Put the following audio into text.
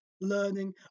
learning